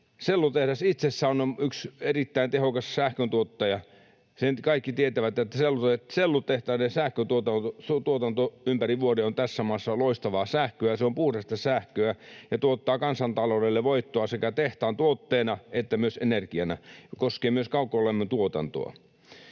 sellutehdas itsessään on yksi erittäin tehokas sähkön tuottaja. Sen kaikki tietävät, että sellutehtaiden sähköntuotanto ympäri vuoden on tässä maassa loistavaa sähköä. Se on puhdasta sähköä ja tuottaa kansantaloudelle voittoa sekä tehtaan tuotteena että myös energiana — koskee myös kaukolämmön tuotantoa.